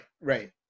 right